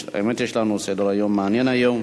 האמת, יש לנו סדר-יום מעניין היום.